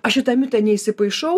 aš šitą mitą neįsipaišau